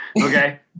Okay